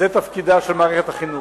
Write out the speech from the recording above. וזה תפקידה של מערכת החינוך.